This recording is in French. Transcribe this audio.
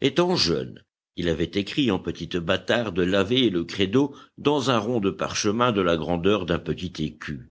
étant jeune il avait écrit en petite bâtarde l ave et le credo dans un rond de parchemin de la grandeur d'un petit écu